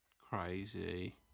Crazy